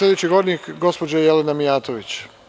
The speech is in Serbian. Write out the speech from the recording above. Sledeći govornik, gospođa Jelena Mijatović.